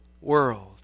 world